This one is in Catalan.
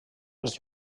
els